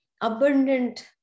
abundant